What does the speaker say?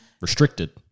restricted